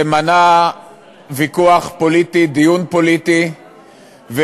שמנע ויכוח פוליטי,